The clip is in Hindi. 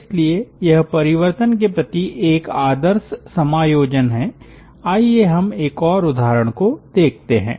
इसलिए यह परिवर्तन के प्रति एक आदर्श समायोजन है आइए हम एक और उदाहरण देखते है